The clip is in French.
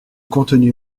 contenu